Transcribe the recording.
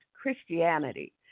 Christianity